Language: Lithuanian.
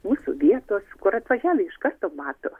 mūsų vietos kur atvažiavo iš karto mato